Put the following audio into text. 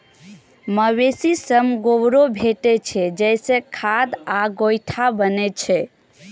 मवेशी सं गोबरो भेटै छै, जइसे खाद आ गोइठा बनै छै